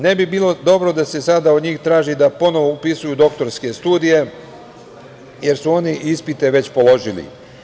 Ne bi bilo dobro da se sada od njih traži da ponovo upisuju doktorske studije, jer su oni ispite već položili.